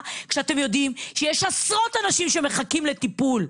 כשאתם יודעים שיש עשרות אנשים שמחכים לטיפול?